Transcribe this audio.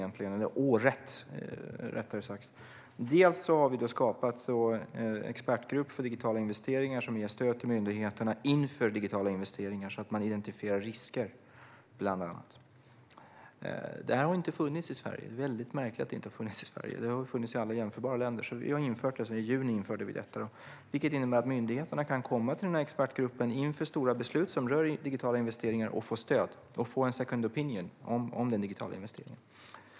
Vi har bland annat startat en expertgrupp för digitala investeringar som ger stöd till myndigheterna inför digitala investeringar så att man bland annat identifierar risker. Detta har inte funnits i Sverige, vilket är väldigt märkligt. Det har funnits i andra jämförbara länder. Vi införde detta i juni, och det innebär att myndigheterna kan komma till denna expertgrupp inför stora beslut som rör digitala investeringar och få stöd och en second opinion inför den digitala investeringen.